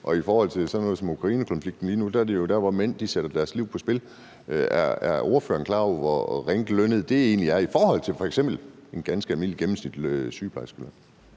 Og i forhold til sådan noget som Ukrainekonflikten lige nu er det jo der, hvor mænd sætter deres liv på spil. Er ordføreren klar over, hvor ringe lønnet det egentlig er i forhold til f.eks. en ganske almindelig, gennemsnitlig sygeplejerskeløn?